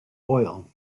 oil